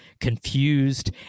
confused